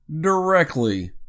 directly